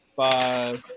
five